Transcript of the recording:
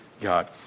God